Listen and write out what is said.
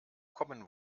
common